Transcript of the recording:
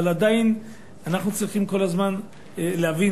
אבל עדיין אנחנו כל הזמן צריכים להבין